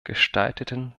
gestalteten